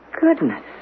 goodness